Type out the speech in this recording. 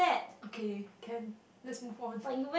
okay can let's move on